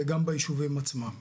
וגם ביישובים עצמם.